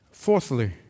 Fourthly